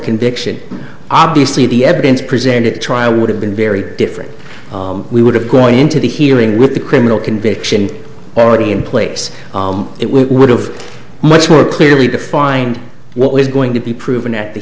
conviction obviously the evidence presented at trial would have been very different we would have gone into the hearing with the criminal conviction already in place it would have much more clearly defined what was going to be proven at the